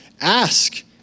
ask